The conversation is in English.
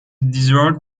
dessert